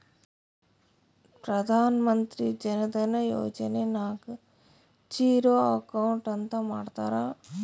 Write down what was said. ಪ್ರಧಾನ್ ಮಂತ್ರಿ ಜನ ಧನ ಯೋಜನೆ ನಾಗ್ zero account ಅಂತ ಮಾಡ್ತಾರ